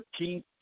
13